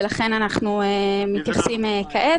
ולכן אנחנו מתייחסים כעת,